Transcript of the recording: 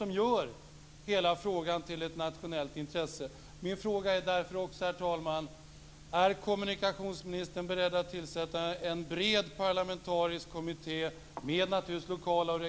Det gör hela frågan till ett nationellt intresse.